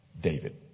David